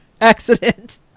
Accident